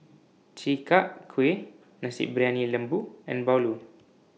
Chi Kak Kuih Nasi Briyani Lembu and Bahulu